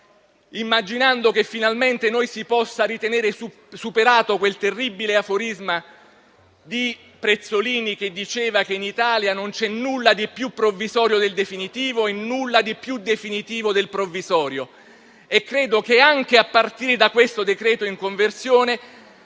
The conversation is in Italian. immaginando che finalmente possiamo ritenere superato quel terribile aforisma di Prezzolini che diceva che in Italia non c'è nulla di più provvisorio del definitivo e nulla di più definitivo del provvisorio. Credo che, anche a partire dal decreto in esame,